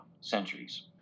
centuries